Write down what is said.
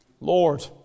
Lord